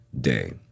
day